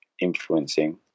influencing